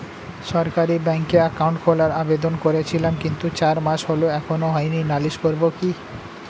সরকারি ব্যাংকে একাউন্ট খোলার আবেদন করেছিলাম কিন্তু চার মাস হল এখনো হয়নি নালিশ করব কি?